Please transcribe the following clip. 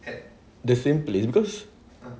the same place because